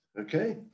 okay